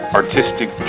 artistic